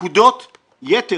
נקודות יתר,